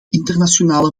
internationale